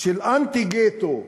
של אנטי-גטו ודה-קולוניזציה,